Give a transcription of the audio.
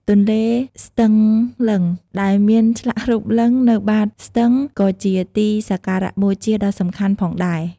ទន្លេស្ទឹងលិង្គ ដែលមានឆ្លាក់រូបលិង្គនៅបាតស្ទឹង ក៏ជាទីសក្ការៈបូជាដ៏សំខាន់ផងដែរ។